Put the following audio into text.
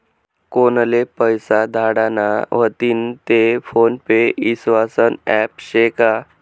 कोनले पैसा धाडना व्हतीन ते फोन पे ईस्वासनं ॲप शे का?